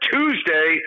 Tuesday